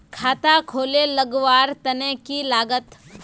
खाता खोले लगवार तने की लागत?